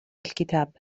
الكتاب